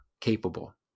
capable